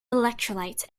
electrolytes